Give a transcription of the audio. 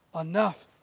enough